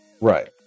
Right